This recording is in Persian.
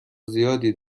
زیادی